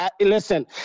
Listen